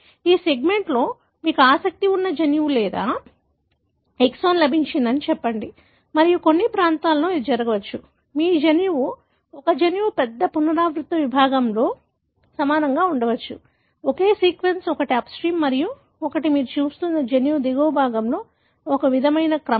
ఈ సెగ్మెంట్లో మీకు ఆసక్తి ఉన్న జన్యువు లేదా ఎక్సాన్ లభించిందని చెప్పండి మరియు కొన్ని ప్రాంతాలలో ఇది జరగవచ్చు మీ జన్యువు ఒక జన్యువు పెద్ద పునరావృత విభాగంతో సమానంగా ఉండవచ్చు ఒకే సీక్వెన్స్ ఒకటి అప్స్ట్రీమ్ మరియు ఒకటి మీరు చూస్తున్న జన్యువు దిగువ భాగంలో ఒకే విధమైన క్రమం